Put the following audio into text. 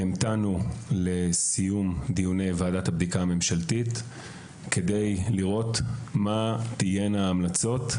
והמתנו לסיום דיוני ועדת הבדיקה הממשלתית כדי לראות מה תהיינה ההמלצות,